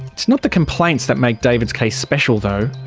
it's not the complaints that make david's case special though.